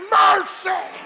mercy